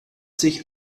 sich